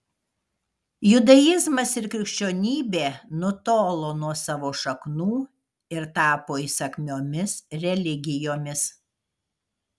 judaizmas ir krikščionybė nutolo nuo savo šaknų ir tapo įsakmiomis religijomis